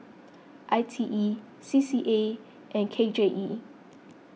I T E C C A and K J E